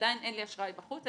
עדיין אין לי אשראי בחוץ,